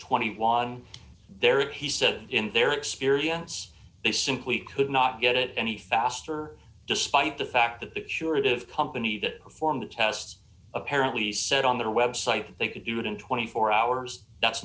twenty one dollars there is he said in their experience they simply could not get it any faster despite the fact that the surety of company that performed the tests apparently said on their website that they could do it in twenty four hours that's